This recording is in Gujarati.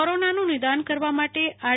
કોરોનાનું નિદાન કરવા માટે આર